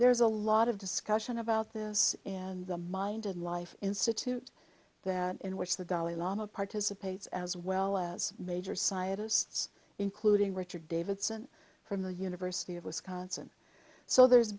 there's a lot of discussion about this and the mind and life institute that in which the dalai lama participates as well as major scientists including richard davidson from the university of wisconsin so there's